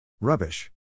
Rubbish